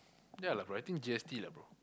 yea lah bro I think G_S_T lah bro